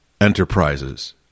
enterprises